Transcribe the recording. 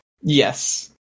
Yes